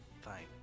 Fine